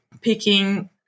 picking